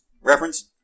reference